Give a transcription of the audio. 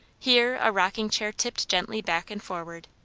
here a rocking-chair tipped gently back and forward,